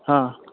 हां